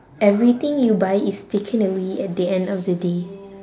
everything you buy is taken away at the end of the day